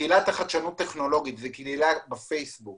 קהילת החדשנות הטכנולוגית זו קהילה בפייסבוק